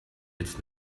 jetzt